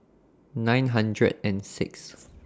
nine hundred and Sixth